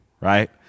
right